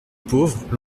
pauvre